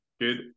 Good